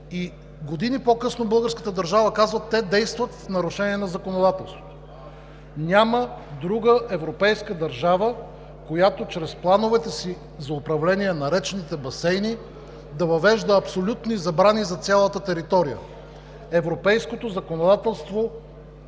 години по-късно българската държава казва: „Те действат в нарушение на законодателството.“ Няма друга европейска държава, която чрез плановете си за управление на речните басейни да въвежда абсолютни забрани за цялата територия. Европейското законодателство